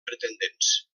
pretendents